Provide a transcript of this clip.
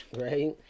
Right